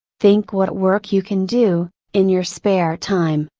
think what work you can do, in your spare time,